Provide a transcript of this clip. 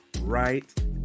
right